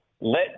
let